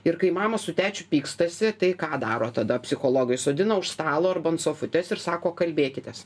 ir kai mama su tečiu pykstasi tai ką daro tada psichologai sodina už stalo arba ant sofutės ir sako kalbėkitės